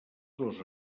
dos